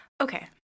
Okay